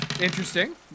Interesting